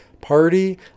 Party